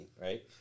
right